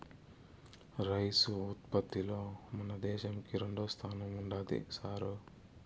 rice ఉత్పత్తిలో మన దేశంకి రెండోస్థానం ఉండాది సారూ